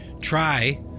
try